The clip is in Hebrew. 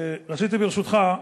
רציתי, ברשותך,